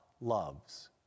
loves